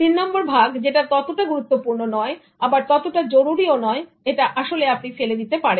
তিন নম্বর ভাগ যেটা ততটা গুরুত্বপূর্ণ নয় আবার ততটা জরুরী ও নয় এটা আসলে আপনি ফেলে দিতে পারেন